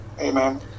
Amen